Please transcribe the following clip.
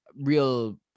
real